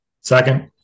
second